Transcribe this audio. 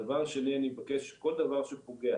הדבר השני, אני מבקש, כל דבר שפוגע